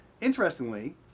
interestingly